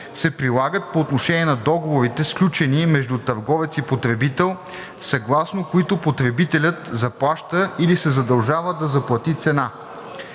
се прилагат по отношение на договорите, сключени между търговец и потребител, съгласно които потребителят заплаща или се задължава да заплати цена.